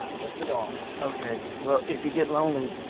um just the doll. okay. well, if you get lonely,